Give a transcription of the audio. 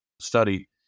study